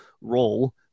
role